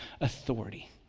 authority